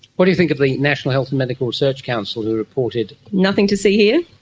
what do you think of the national health and medical research council who reported? nothing to see here.